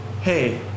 hey